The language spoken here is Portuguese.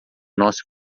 nosso